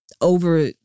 over